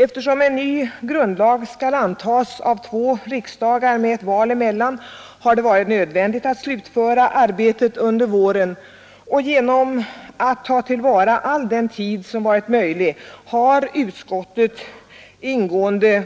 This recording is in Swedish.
Eftersom en ny grundlag skall antas av två riksdagar med ett val emellan har det varit nödvändigt att slutföra arbetet under våren — och genom att ta till vara all den tid som varit möjlig har utskottet hunnit med att ingående